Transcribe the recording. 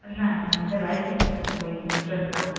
न न मूंखे लाइफ़ इंशयोर में कोई इंट्रस्ट कान्हे